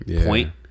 point